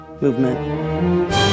movement